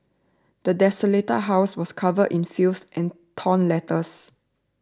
the desolated house was covered in filth and torn letters